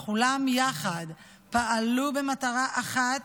וכולם יחד פעלו במטרה אחת,